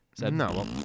No